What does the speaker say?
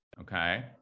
Okay